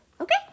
Okay